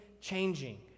changing